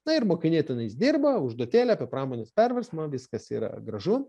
na ir mokiniai tenais dirba užduotėlė apie pramonės perversmą viskas yra gražu